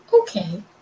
Okay